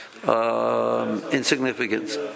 Insignificance